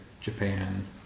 Japan